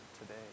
today